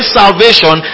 salvation